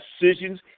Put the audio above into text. decisions